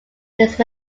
these